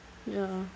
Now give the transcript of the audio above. ya